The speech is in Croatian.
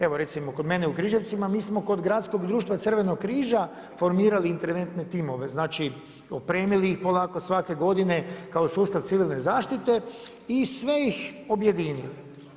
Evo recimo kod mene u Križevcima, mi smo kod Gradskog društva Crvenog križa formirali interventne timove, znači, opremili ih polako svake godine, kao sustav civilne zaštite i sve ih objedinili.